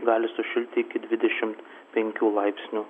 gali sušilti iki dvidešimt penkių laipsnių